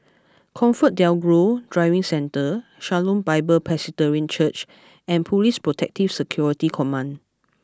Comfort DelGro Driving Centre Shalom Bible Presbyterian Church and Police Protective Security Command